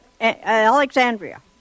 Alexandria